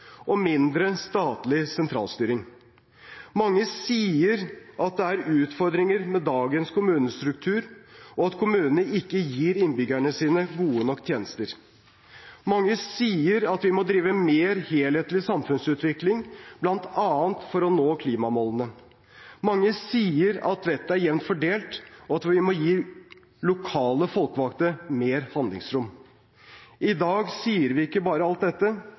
og mindre statlig sentralstyring. Mange sier at det er utfordringer med dagens kommunestruktur, og at kommunene ikke gir innbyggerne sine gode nok tjenester. Mange sier at vi må drive mer helhetlig når det gjelder samfunnsutvikling, bl.a. for å nå klimamålene. Mange sier at vettet er jevnt fordelt, og at vi må gi lokale folkevalgte mer handlingsrom. I dag sier vi ikke bare alt dette,